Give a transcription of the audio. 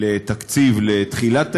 לתקציב לתחילת היישום,